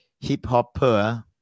hip-hopper